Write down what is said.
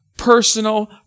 personal